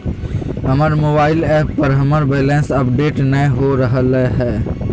हमर mobile app पर हमर बैलेंस अपडेट नय हो रहलय हें